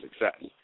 success